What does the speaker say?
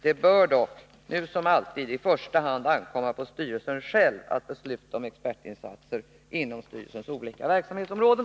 Det bör dock — nu som alltid — i första hand ankomma på styrelsen själv att besluta om expertinsatser inom styrelsens olika verksamhetsområden.